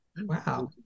Wow